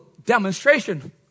Demonstration